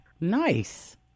Nice